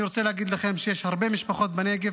אני רוצה להגיד לכם שיש הרבה משפחות בנגב